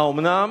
האומנם?